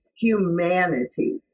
humanity